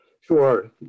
sure